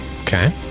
Okay